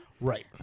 right